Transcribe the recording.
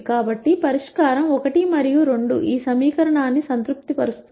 కాబట్టి పరిష్కారం 1 మరియు 2 ఈ సమీకరణాన్ని సంతృప్తిపరుస్తుంది